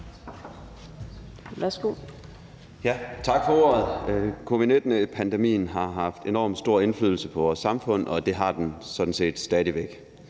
Tak for ordet. Covid-19-pandemien har haft enormt stor indflydelse på vores samfund, og det har den sådan